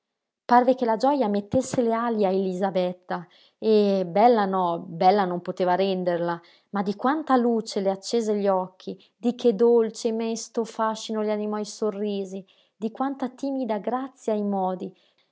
parve che la gioja mettesse le ali a elisabetta e bella no bella non poteva renderla ma di quanta luce le accese gli occhi di che dolce e mesto fascino le animò i sorrisi di quanta timida grazia i modi